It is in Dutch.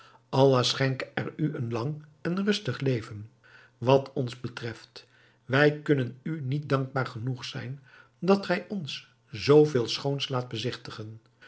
allah schenke er u een lang en rustig leven wat ons betreft wij kunnen u niet dankbaar genoeg zijn dat gij ons zoo veel schoons laat bezigtigen